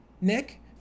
Nick